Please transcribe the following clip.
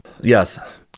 Yes